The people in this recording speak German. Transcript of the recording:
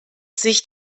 sich